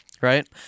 Right